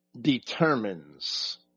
determines